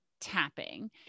tapping